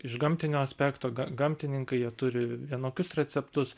iš gamtinio aspekto ga gamtininkai jie turi vienokius receptus